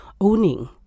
owning